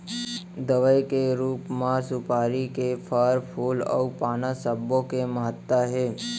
दवई के रूप म सुपारी के फर, फूल अउ पाना सब्बो के महत्ता हे